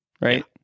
right